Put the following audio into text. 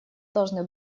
должны